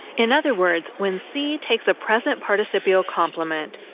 in other words, when see takes a present participial complement,